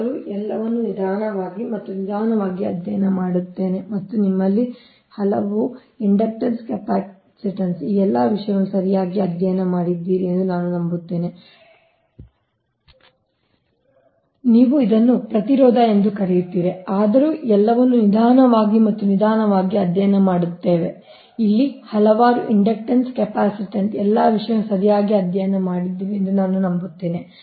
ಆದರೂ ಎಲ್ಲವನ್ನೂ ನಿಧಾನವಾಗಿ ಮತ್ತು ನಿಧಾನವಾಗಿ ಅಧ್ಯಯನ ಮಾಡುತ್ತೇನೆ ಮತ್ತು ನಿಮ್ಮಲ್ಲಿ ಹಲವರು ಇಂಡಕ್ಟನ್ಸ್ ಕೆಪಾಸಿಟನ್ಸ್ ಈ ಎಲ್ಲಾ ವಿಷಯಗಳನ್ನು ಸರಿಯಾಗಿ ಅಧ್ಯಯನ ಮಾಡಿದ್ದೀರಿ ಎಂದು ನಾನು ನಂಬುತ್ತೇನೆ